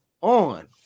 on